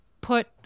put